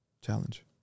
challenge